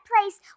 place